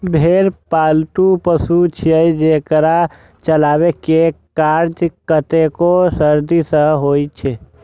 भेड़ पालतु पशु छियै, जेकरा चराबै के काज कतेको सदी सं होइ छै